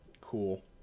cool